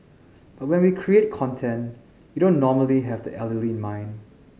but when we create content we don't normally have the elderly in mind